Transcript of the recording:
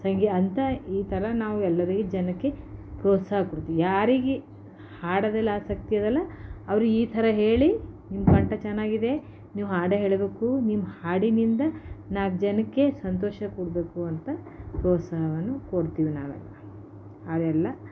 ಸಂಗೀತ ಅಂತ ಈ ಥರ ನಾವು ಎಲ್ಲರಿಗೆ ಜನಕ್ಕೆ ಪ್ರೋತ್ಸಾಹ ಕೊಡ್ತೀವಿ ಯಾರಿಗೆ ಹಾಡೋದ್ರಲ್ಲಿ ಆಸಕ್ತಿ ಇದೆಯಲ್ಲ ಅವರು ಈ ಥರ ಹೇಳಿ ನಿಮ್ಮ ಕಂಠ ಚೆನ್ನಾಗಿದೆ ನೀವು ಹಾಡು ಹೇಳಬೇಕು ನೀವು ಹಾಡಿನಿಂದ ನಾಲ್ಕು ಜನಕ್ಕೆ ಸಂತೋಷ ಕೊಡಬೇಕು ಅಂತ ಪ್ರೋತ್ಸಾಹವನ್ನು ಕೊಡ್ತೀವಿ ನಾವೆಲ್ಲ ಹಾಯೆಲ್ಲ